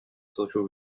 social